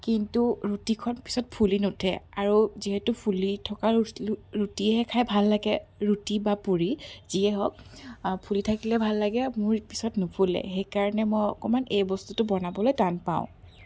কিন্তু ৰুটিখন পিছত ফুলি নুঠে আৰু যিহেতু ফুলি থকা ৰুটিহে খাই ভাল লাগে ৰুটি বা পুৰি যিয়েই হওক ফুলি থাকিলে ভাল লাগে মোৰ পিছত নুফুলে সেইকাৰণে মই অকণমান এই বস্তুটো বনাবলৈ টান পাওঁ